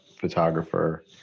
photographer